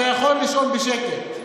אתה יכול לישון בשקט,